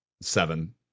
seven